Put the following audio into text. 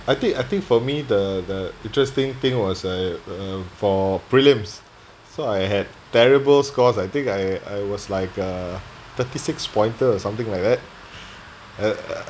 I think I think for me the the interesting thing was like uh for prelims so I had terrible scores I think I I was like uh thirty six pointer or something like that